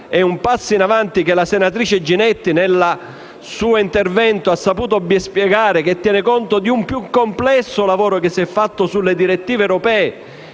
È un passo in avanti che, come la senatrice Ginetti nel suo intervento ha saputo ben spiegare, tiene conto di un più complesso lavoro che si è fatto sulle direttive europee